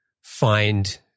find